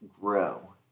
Grow